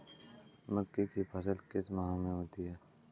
मक्के की फसल किस माह में होती है?